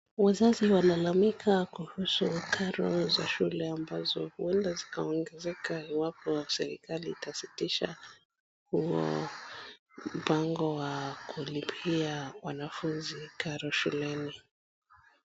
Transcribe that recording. Wazazi walalamika kuhusu karo za shule ambazo huenda zikaongezeka iwapo serikali itasitisha huo mpango wa kulipia wanafunzi karo shuleni .